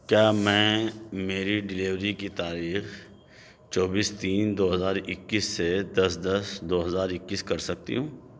کیا میں میری ڈیلیوری کی تاریخ چوبیس تین دو ہزار اکیس سے دس دس دو ہزار اکیس کر سکتی ہوں